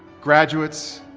graduates,